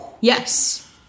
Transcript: Yes